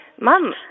Mom